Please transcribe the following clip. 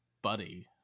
buddy